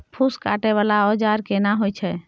फूस काटय वाला औजार केना होय छै?